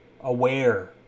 aware